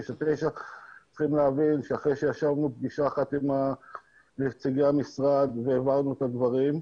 צריכים להבין שאחרי שישבנו פגישה אחת עם נציגי המשרד והבהרנו את הדברים,